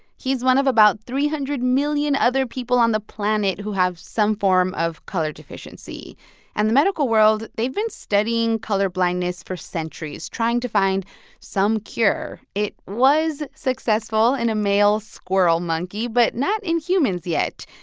he's one of about three hundred million other people on the planet who have some form of color deficiency and the medical world, they've been studying colorblindness for centuries, trying to find some cure. it was successful in a male squirrel monkey, but not in humans yet.